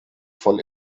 von